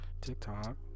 TikTok